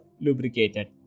lubricated